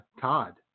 Todd